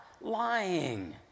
lying